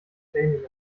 training